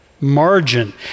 Margin